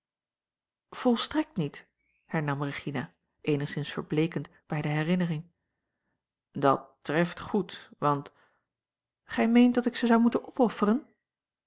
volstrekt niet hernam regina eenigszins verbleekend bij de herinnering dat treft goed want gij meent dat ik ze zou moeten opofferen